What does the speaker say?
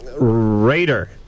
Raider